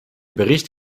bericht